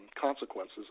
consequences